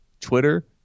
Twitter